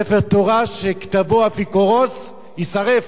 ספר תורה שכתבו אפיקורוס, יישרף.